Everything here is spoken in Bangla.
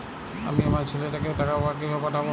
আমি আমার ছেলেকে টাকা কিভাবে পাঠাব?